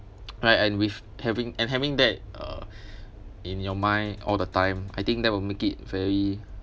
right and with having and having that uh in your mind all the time I think that will make it very